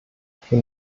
für